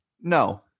No